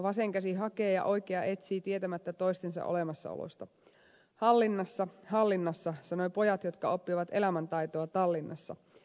vasen käsi hakee ja oikea etsii tietämättä toistensa olemassaolosta hallinnassa hallinnassa sanoivat pojat jotka oppivat elämäntaitoa tallinnassa